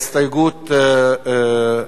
ההסתייגות (1)